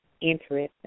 interesting